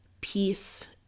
peace